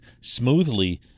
smoothly